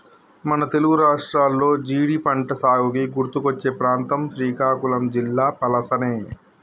మన తెలుగు రాష్ట్రాల్లో జీడి పంటసాగుకి గుర్తుకొచ్చే ప్రాంతం శ్రీకాకుళం జిల్లా పలాసనే